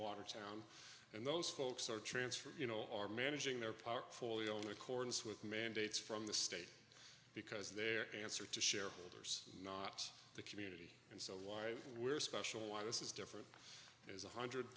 watertown and those folks are transferred you know are managing their park folio in accordance with mandates from the state because their answer to shareholders not the community and so why we're special why this is different is one hundred